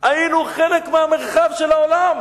הייתי חלק מהמרחב של העולם,